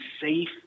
safe